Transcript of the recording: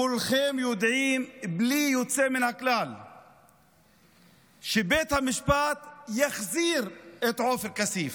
כולכם בלי יוצא מן הכלל יודעים שבית המשפט יחזיר את עופר כסיף.